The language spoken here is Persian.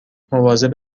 مواظب